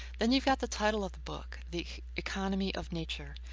then you've got the title of the book, the economy of nature.